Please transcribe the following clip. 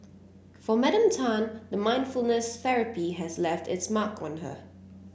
for Madam Tan the mindfulness therapy has left its mark on her